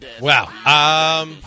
Wow